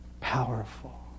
powerful